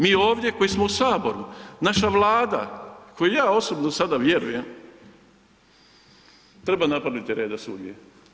Mi ovdje koji smo u saboru, naša vlada kojoj ja osobno sada vjerujem, treba napraviti reda svugdje.